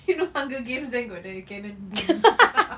you know hunger games then got the cannon boom